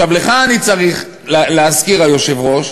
לך אני צריך להזכיר, היושב-ראש,